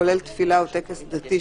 כולל תפילה או טקס דתי,